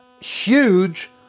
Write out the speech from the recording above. huge